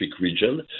region